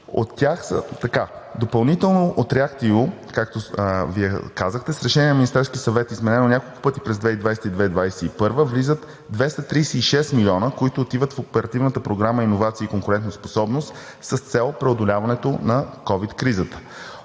гаранции. Допълнително от REACT EU, както Вие казахте, с решение на Министерския съвет, изменено няколко пъти през 2020 и 2021 г., влизат 236 милиона, които отиват в Оперативната програма „Иновации и конкурентоспособност“, с цел преодоляването на ковид кризата.